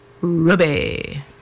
Ruby